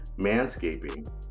manscaping